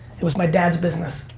it was my dad's business.